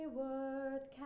worth